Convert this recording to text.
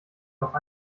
noch